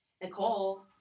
Nicole